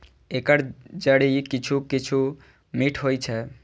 एकर जड़ि किछु किछु मीठ होइ छै